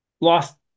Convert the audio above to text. lost